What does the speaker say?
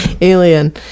Alien